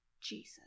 Jesus